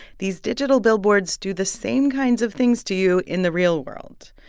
these digital billboards do the same kinds of things to you in the real world.